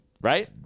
right